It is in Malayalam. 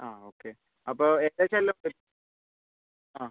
ആ ഓക്കെ അപ്പോൾ ഏകദേശം എല്ലാം ആ